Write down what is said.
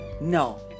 No